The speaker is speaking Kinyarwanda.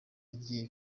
igiye